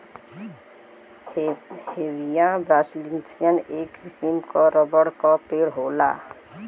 Hevea brasiliensis, एक किसिम क रबर क पेड़ होला